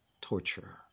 torture